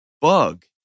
bug